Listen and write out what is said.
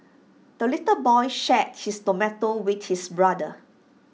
the little boy shared his tomato with his brother